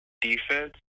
defense